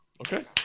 okay